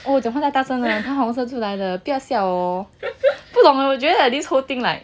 oh 我讲话太大声了他红色出来了不要笑我不懂 leh 我觉得 like this whole thing like